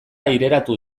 aireratu